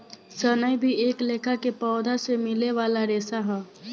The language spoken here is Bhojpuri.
सनई भी एक लेखा के पौधा से मिले वाला रेशा ह